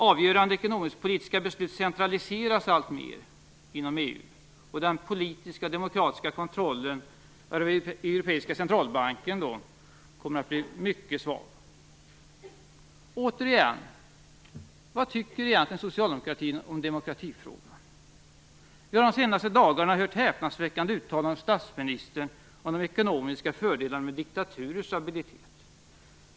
Avgörande ekonomisk-politiska beslut centraliseras alltmer inom EU och den politiska och demokratiska kontrollen av den europeiska centralbanken kommer att bli mycket svag. Återigen: Vad tycker egentligen socialdemokratin om demokratifrågorna? Vi har de senaste dagarna hört häpnadsväckande uttalanden av statsministern om de ekonomiska fördelarna med diktaturers stabilitet.